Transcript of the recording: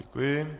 Děkuji.